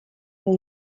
для